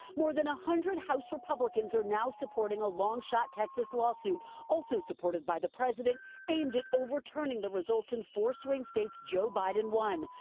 more than one hundred house republicans are now supporting a long shot texas lawsuit also supported by the president aimed at overturning the results in four swing states joe biden won.